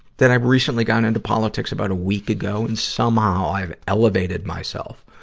that i recently got into politics about a week ago, and somehow i have elevated myself